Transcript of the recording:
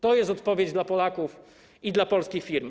To jest odpowiedź dla Polaków i dla polskich firm.